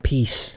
Peace